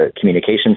communication